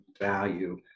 value